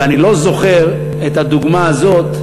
ואני לא זוכר את הדוגמה הזאת,